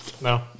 No